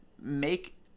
make